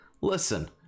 listen